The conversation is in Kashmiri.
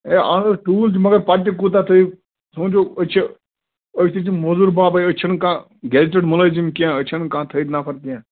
ہے اَہَن حظ ٹوٗل چھِ مگر پَتہٕ تہِ کوٗتاہ تُہۍ سوٗنچِو أسۍ چھِ أسۍ تہِ چھِ مُزوٗر بہہ باے أسۍ چھِنہٕ کانٛہہ گیٚزٹِڈ مُلٲزِم کیٚنہہ أسۍ چھِنہٕ کانٛہہ تھٕد نفر کیٚنہہ